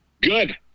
Good